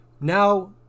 Now